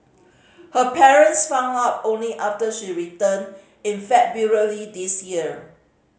her parents found out only after she returned in February this year